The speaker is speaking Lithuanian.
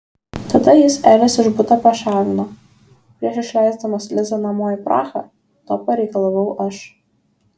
tada jis elis iš buto pašalino prieš išleisdamas lizą namo į prahą to pareikalavau aš